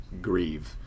grieve